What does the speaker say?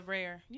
Rare